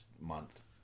month